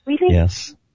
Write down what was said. Yes